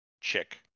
chick